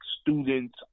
students